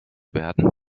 werden